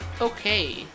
Okay